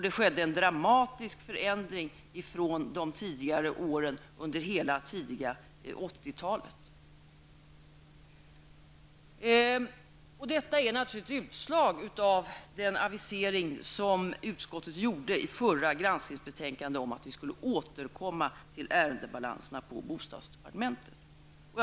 Det skedde en dramatisk förändring jämfört med början av 80-talet. Detta är naturligtvis ett resultat av den avisering som utskottet gjorde vid behandlingen av det förra granskningsbetänkandet och då vi sade att vi skulle återkomma till ärendebalanserna inom bostadsdepartementet.